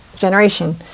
Generation